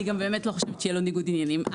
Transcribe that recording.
אני באמת לא חושבת שיהיה לו ניגוד עניינים.